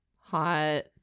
Hot